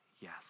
yes